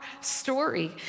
story